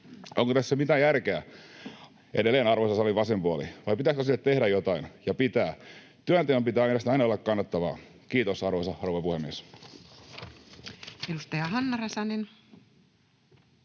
Onko tässä mitään järkeä — edelleen arvoisa salin vasen puoli — vai pitääkö sille tehdä jotain? Pitää. Työnteon pitää mielestäni aina olla kannattavaa. — Kiitos, arvoisa rouva puhemies.